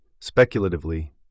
Speculatively